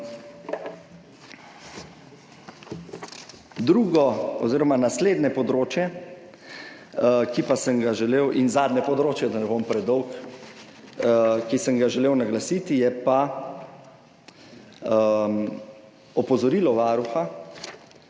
Drugo oziroma naslednje področje in tudi zadnje področje, da ne bom predolg, ki sem ga želel naglasiti, je pa opozorilo Varuha,